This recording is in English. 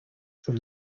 from